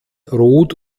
rot